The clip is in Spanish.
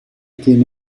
tiene